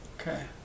Okay